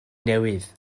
newydd